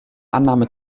annahme